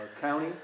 county